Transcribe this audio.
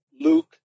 Luke